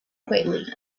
quietly